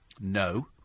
No